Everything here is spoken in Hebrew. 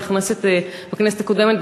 בכנסת הקודמת,